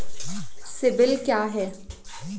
CIBIL क्या है?